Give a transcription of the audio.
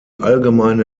allgemeine